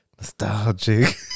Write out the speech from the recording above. Nostalgic